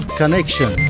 connection